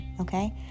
okay